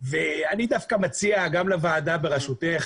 אני דווקא מציע גם לוועדה בראשותך